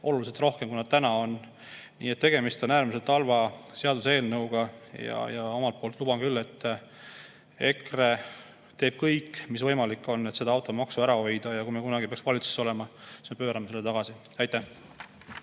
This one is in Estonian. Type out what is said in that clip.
oluliselt rohkem, kui need täna on. Nii et tegemist on äärmiselt halva seaduseelnõuga ja omalt poolt luban, et EKRE teeb kõik, mis võimalik, et automaksu ära hoida. Ja kui me kunagi peaks valitsuses olema, siis me pöörame selle tagasi. Aitäh!